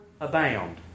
abound